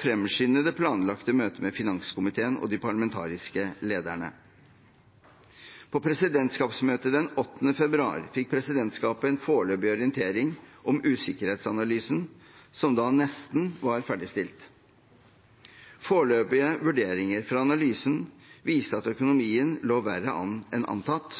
fremskynde det planlagte møtet med finanskomiteen og de parlamentariske lederne. På presidentskapsmøtet den 8. februar fikk presidentskapet en foreløpig orientering om usikkerhetsanalysen, som da nesten var ferdigstilt. Foreløpige vurderinger fra analysen viste at økonomien lå verre an enn antatt,